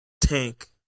Tank